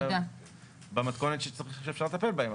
במתכונת שאפשר לטפל בהן,